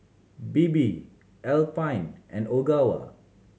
Bebe Alpen and Ogawa